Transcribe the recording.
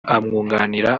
amwunganira